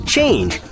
Change